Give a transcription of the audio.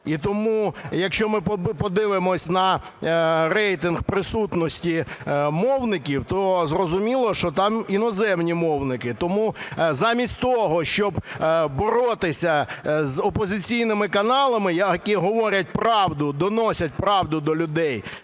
І тому, якщо ми подивимося на рейтинг присутності мовників, то зрозуміло, що там іноземні мовники. Тому замість того, щоб боротися з опозиційними каналами, які говорять правду, доносять правду до людей,